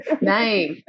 Nice